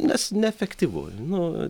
nes neefektyvu nu